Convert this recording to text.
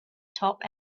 top